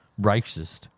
Racist